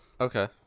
Okay